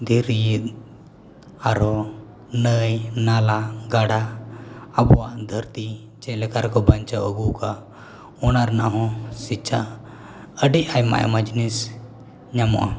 ᱫᱷᱤᱨᱤ ᱟᱨᱦᱚᱸ ᱱᱟᱹᱭ ᱱᱟᱞᱟ ᱜᱟᱰᱟ ᱟᱵᱚᱣᱟᱜ ᱫᱷᱟᱹᱨᱛᱤ ᱪᱮᱫᱞᱮᱠᱟ ᱨᱮᱠᱚ ᱵᱟᱧᱪᱟᱣ ᱟᱹᱜᱩᱣᱟᱠᱟᱫᱼᱟ ᱚᱱᱟ ᱨᱮᱱᱟᱜ ᱦᱚᱸ ᱥᱤᱠᱪᱷᱟ ᱟᱹᱰᱤ ᱟᱭᱢᱟᱼᱟᱭᱢᱟ ᱡᱤᱱᱤᱥ ᱧᱟᱢᱚᱜᱼᱟ